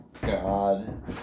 God